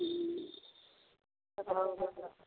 रेहू भेलै